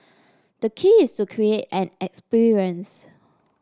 the key is to create an experience